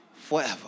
forever